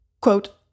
quote